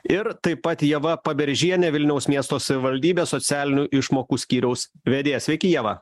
ir taip pat ieva paberžienė vilniaus miesto savivaldybės socialinių išmokų skyriaus vedėjas sveiki ieva